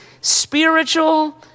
spiritual